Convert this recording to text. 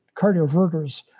cardioverters